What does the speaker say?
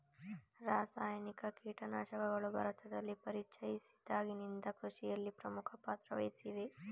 ರಾಸಾಯನಿಕ ಕೀಟನಾಶಕಗಳು ಭಾರತದಲ್ಲಿ ಪರಿಚಯಿಸಿದಾಗಿನಿಂದ ಕೃಷಿಯಲ್ಲಿ ಪ್ರಮುಖ ಪಾತ್ರ ವಹಿಸಿವೆ